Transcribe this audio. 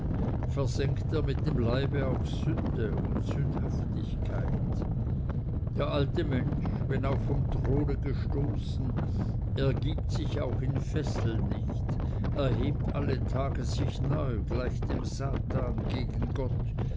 versenkt er mit dem leibe auch sünde und sündhaftigkeit der alte mensch wenn auch vom throne gestoßen ergibt sich auch in fesseln nicht erhebt alle tage sich neu gleich dem satan gegen gott